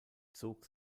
zog